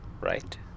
right